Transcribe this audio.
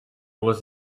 was